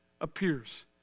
appears